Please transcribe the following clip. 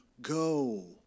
Go